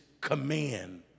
command